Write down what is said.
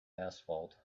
asphalt